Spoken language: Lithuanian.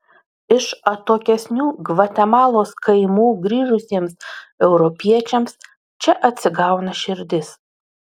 iš atokesnių gvatemalos kaimų grįžusiems europiečiams čia atsigauna širdis